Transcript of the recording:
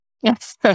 Yes